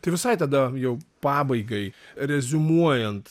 tai visai tada jau pabaigai reziumuojant